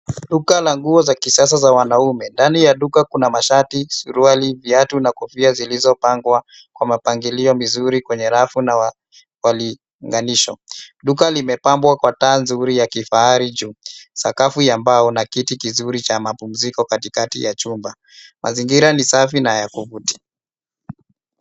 Duka la nguo za kisasa za wanaume. Ndani ya duka kuna mashati, suruali, viatu na kofia zilizopangwa kwa mapangilio mzuri kwenye rafu na wali unganisho. Duka limepambwa kwa taa nzuri ya kifahari juu. Sakafu ya mbao na kiti kizuri cha mapumziko katikati ya chumba. Mazingira ni safi na ya kuvutia.